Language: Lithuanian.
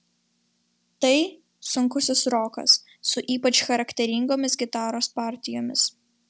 tai sunkusis rokas su ypač charakteringomis gitaros partijomis